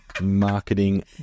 Marketing